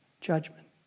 judgment